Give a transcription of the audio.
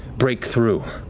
break through.